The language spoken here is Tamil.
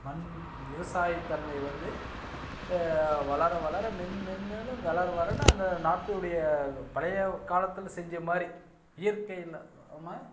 மண் விவசாய தன்மை வந்து வளர வளர மென்மேலும் வளர வளர அந்த நாட்டோடைய பழைய காலத்தில் செஞ்சமாதிரி இயற்கையிலாம